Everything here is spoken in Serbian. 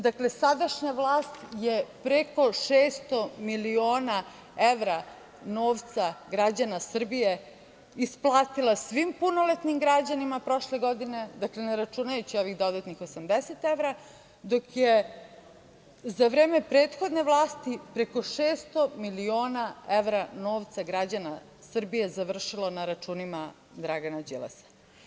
Dakle, sadašnja vlast je preko 600 miliona evra novca građana Srbije isplatila svim punoletnim građanima prošle godine, ne računajući ovih dodatnih 80 evra, dok je za vreme prethodne vlasti preko 600 miliona evra novca građana Srbije završilo na računima Dragana Đilasa.